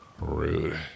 Rude